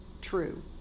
true